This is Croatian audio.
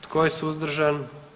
Tko je suzdržan?